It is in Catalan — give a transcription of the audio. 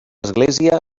església